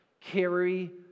Carry